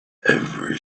every